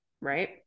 right